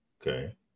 Okay